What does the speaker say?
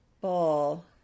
ball